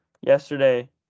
Yesterday